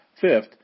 Fifth